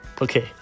Okay